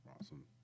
Awesome